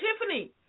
Tiffany